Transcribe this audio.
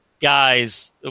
guys